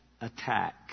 attack